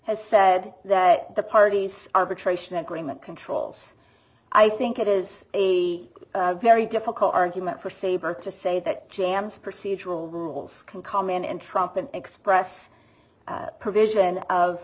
has said that the parties arbitration agreement controls i think it is a very difficult argument for sabr to say that jambs procedural rules can come in and trump an express provision of